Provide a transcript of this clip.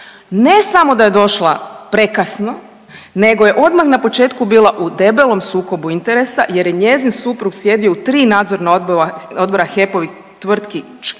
ne samo da je došla prekasno nego je odmah na početku bila u debelom sukobu interesa jer je njezin suprug sjedio u 3 nadzorna odbora HEP-ovih tvrtki